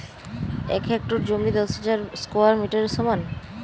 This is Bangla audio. এক হেক্টর জমি দশ হাজার স্কোয়ার মিটারের সমান